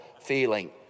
feeling